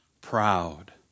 Proud